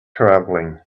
travelling